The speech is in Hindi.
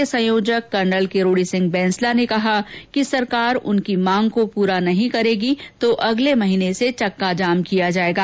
समिति के संयोजक कर्नल किरोड़ी बैंसला ने कहा कि सरकार उनकी मांग को पूरा नही करेगी तो अगले महीने से चक्का जाम किया जाएगा